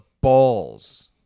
balls